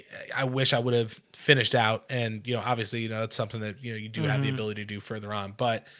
i wish i would have finished out and you know, obviously you know, it's something that you know, you do have the ability to do further on but